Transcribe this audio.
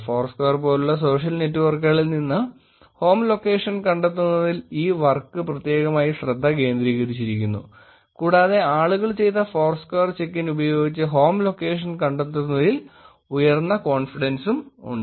Foursquare പോലുള്ള social നെറ്റ്വർക്കുകളിൽ നിന്ന് ഹോം ലൊക്കേഷൻ കണ്ടെത്തുന്നതിൽ ഈ വർക് പ്രത്യേകമായി ശ്രദ്ധ കേന്ദ്രീകരിച്ചിരിക്കുന്നു കൂടാതെ ആളുകൾ ചെയ്ത ഫോർസ്ക്വയർ ചെക്ക് ഇൻ ഉപയോഗിച്ച് ഹോം ലൊക്കേഷൻ കണ്ടെത്തുന്നതിൽ ഉയർന്ന കോൺഫിഡൻസും ഉണ്ട്